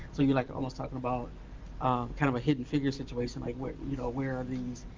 so you're like almost talking about kind of a hidden figure situation, like where you know where are these,